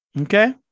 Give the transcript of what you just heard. okay